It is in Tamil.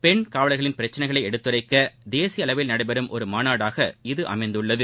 பெண் காவலர்களின் பிரச்சினைகளை எடுத்துரைக்க தேசிய அளவில் நடைபெறும் ஒரு மாநாடாக இது அமைந்துள்ளது